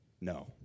No